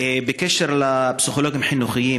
בקשר לפסיכולוגים החינוכיים,